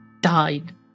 died